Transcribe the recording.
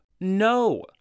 No